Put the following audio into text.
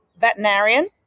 veterinarian